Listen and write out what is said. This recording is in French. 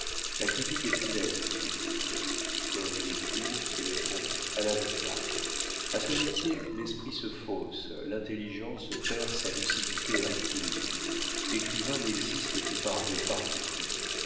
la critique est funeste au critique comme le pour et le contre à l'avocat a ce métier l'esprit se fausse l'intelligence perd sa lucidité rectiligne l'écrivain n'existe que par des partis pris